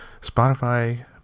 Spotify